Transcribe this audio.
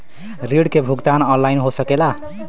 ऋण के भुगतान ऑनलाइन हो सकेला?